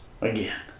again